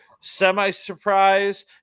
semi-surprise